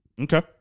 Okay